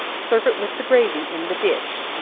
serve it with the gravy in the dish.